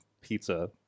pizza